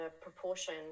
proportion